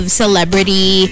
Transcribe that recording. celebrity